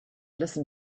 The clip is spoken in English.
listen